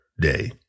day